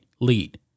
lead